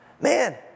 Man